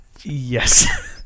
Yes